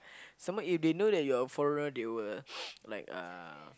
some more if they know that you're a foreigner they will like uh